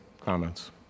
comments